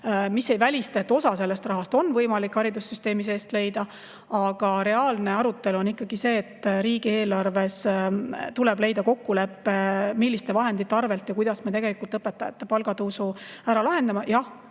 Mis ei välista, et osa sellest rahast on võimalik haridussüsteemi seest leida. Aga reaalne arutelu on ikkagi selle üle, et riigieelarves tuleb leida kokkulepe, milliste vahendite arvelt ja kuidas me tegelikult õpetajate palgatõusu ära lahendame. Jah,